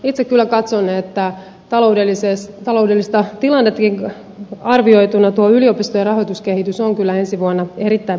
itse kyllä katson että taloudellista tilannettakin vasten arvioituna tuo yliopistojen rahoituskehitys on kyllä ensi vuonna erittäin positiivinen